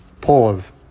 Pause